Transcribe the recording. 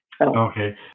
okay